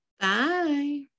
bye